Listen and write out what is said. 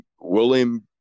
william